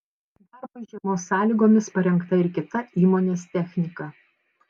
darbui žiemos sąlygomis parengta ir kita įmonės technika